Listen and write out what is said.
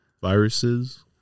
Viruses